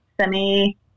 semi